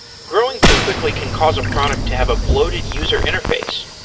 growing too quickly can cause a product to have a bloated user interface.